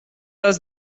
els